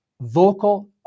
vocal